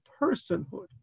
personhood